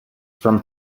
from